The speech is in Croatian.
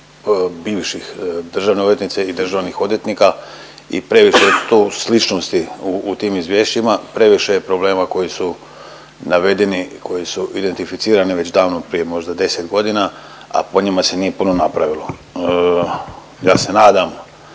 bivših državnih odvjetnica i državnih odvjetnika i previše je tu sličnosti u tim izvješćima, previše je problema koji su navedeni, koji su identificirani već davno prije možda 10 godina, a po njima se nije puno napravilo. Ja se nadam